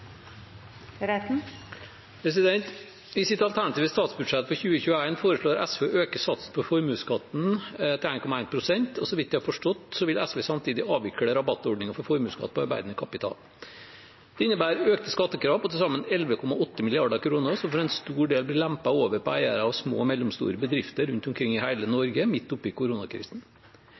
I sitt alternative statsbudsjett for 2021 foreslår SV å øke satsen på formuesskatten til 1,1 pst., og så vidt jeg har forstått, vil SV samtidig avvikle rabattordningen for formuesskatt på arbeidende kapital. Det innebærer økte skattekrav på til sammen 11,8 mrd. kr, som for en stor del blir lempet over på eiere av små og mellomstore bedrifter rundt omkring i hele Norge, midt oppi koronakrisen.